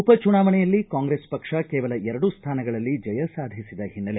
ಉಪಚುನಾವಣೆಯಲ್ಲಿ ಕಾಂಗ್ರೆಸ್ ಪಕ್ಷ ಕೇವಲ ಎರಡು ಸ್ಥಾನಗಳಲ್ಲಿ ಜಯ ಸಾಧಿಸಿದ ಹಿನ್ನೆಲೆ